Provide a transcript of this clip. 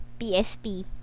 PSP